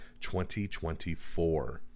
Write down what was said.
2024